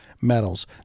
metals